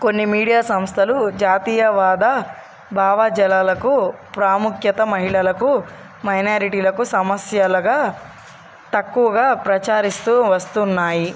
కొన్ని మీడియా సంస్థలు జాతీయవాద భావజాలాలకు ప్రాముఖ్యత మహిళలకు మైనారిటీలకు సమస్యలుగా తక్కువగా ప్రచారిస్తూ వస్తున్నాయి